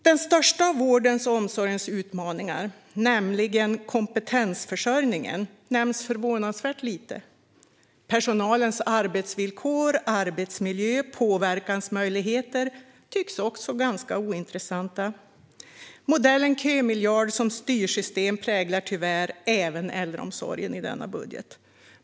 Den största av vårdens och omsorgens utmaningar, nämligen kompetensförsörjningen, nämns förvånansvärt lite. Personalens arbetsvillkor, arbetsmiljö och påverkansmöjligheter tycks också ganska ointressanta. Modellen kömiljard som styrsystem präglar tyvärr även äldreomsorgen i denna budget.